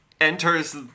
Enters